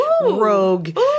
rogue